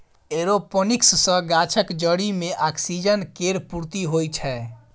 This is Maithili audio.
एरोपोनिक्स सँ गाछक जरि मे ऑक्सीजन केर पूर्ती होइ छै